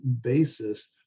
basis